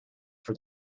for